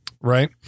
right